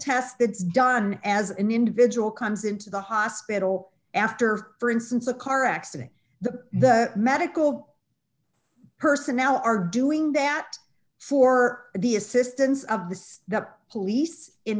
done as an individual comes into the hospital after for instance a car accident the medical personnel are doing that for the assistance of the step police in